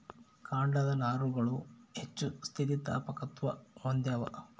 ಕಾಂಡದ ನಾರುಗಳು ಹೆಚ್ಚು ಸ್ಥಿತಿಸ್ಥಾಪಕತ್ವ ಹೊಂದ್ಯಾವ